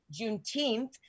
Juneteenth